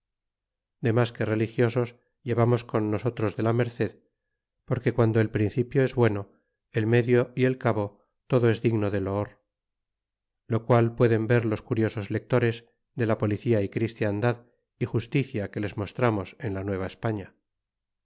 religiosos demas que religiosos llevamos con nosotros de la merced porque guando el principio es bueno el medio y el cabo todo es digno de loor lo qual pueden ver los curiosos lectores de la policia y christiandad y justicia que les mostramos en la